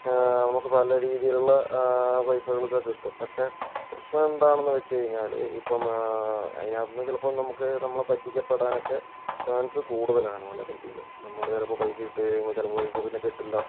നമുക്ക് പല രീതിയിലുള്ള പൈസകളൊക്കെ കിട്ടും പക്ഷേ പ്രശ്നം എന്താണെന്ന് വെച്ചുകഴിഞ്ഞാൽ ഇപ്പം അതിനകത്ത് നിന്ന് നമുക്ക് നമ്മളെ പറ്റിക്കപ്പെടാനൊക്കെ ചാൻസ് കൂടുതലാണ് വളരെയധികം നമ്മള് ചിലപ്പോൾ പൈസ ഇട്ടു കഴിയുമ്പോൾ പൈസ പിന്നെ കിട്ടില്ല